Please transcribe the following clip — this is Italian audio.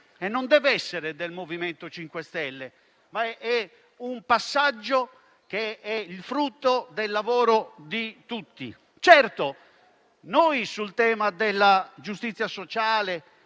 e non deve essere del MoVimento 5 Stelle. È un risultato frutto del lavoro di tutti. Certo, sul tema della giustizia sociale,